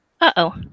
Uh-oh